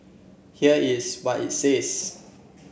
here is what it says